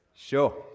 Sure